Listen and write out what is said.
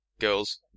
girls